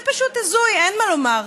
זה פשוט הזוי, אין מה לומר.